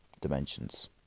dimensions